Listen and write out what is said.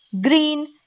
green